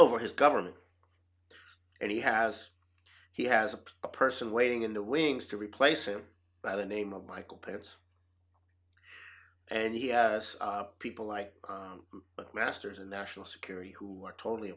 over his government and he has he has a person waiting in the wings to replace him by the name of michael pence and he has people like masters and national security who are totally